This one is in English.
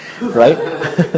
right